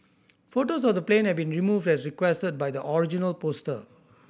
photos of the plane have been removed as requested by the original poster